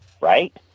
Right